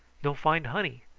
no find honey.